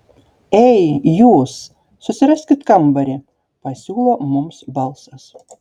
ei jūs susiraskit kambarį pasiūlo mums balsas